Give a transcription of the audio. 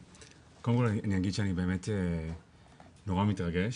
קודם כל אני אגיד באמת שאני נורא מתרגש,